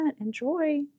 enjoy